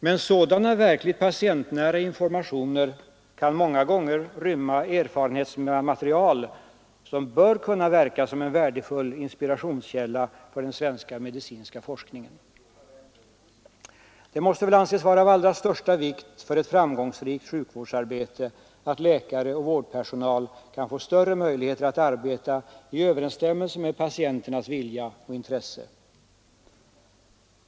Men sådana verkligt patientnära informationer kan många gånger rymma erfarenhetsmaterial som bör kunna verka som en värdefull inspirationskälla för den svenska medicinska forskningen. Det måste väl anses vara av allra största vikt för ett framgångsrikt sjukvårdsarbete att läkare och vårdpersonal kan få större möjligheter att arbeta i överensstämmelse med patienternas vilja och intresse.